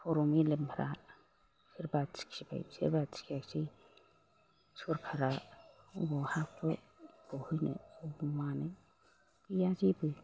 खर' मेलेमफ्रा सोरबा थिखिबाय सोरबा थिखियासै सरखारा बबेयाव हाफ्राव गहोनो बबाव मानो गैया जेबो